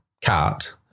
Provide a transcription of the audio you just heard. cat